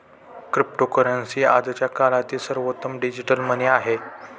cryptocurrency आजच्या काळातील सर्वोत्तम डिजिटल मनी आहे